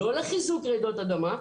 לא לחיזוק רעידות אדמה.